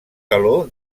teló